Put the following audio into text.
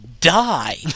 die